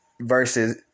versus